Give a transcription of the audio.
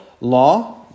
law